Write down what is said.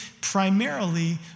primarily